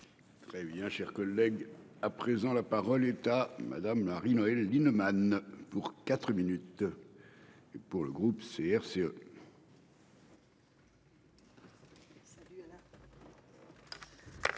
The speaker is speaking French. Très bien, chers collègues. À présent, la parole est à madame Marie-Noëlle Lienemann pour 4 minutes. Et pour le groupe CRCE.